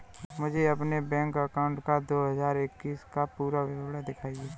मुझे अपने bank account का दो हज़ार इक्कीस का पूरा विवरण दिखाएँ?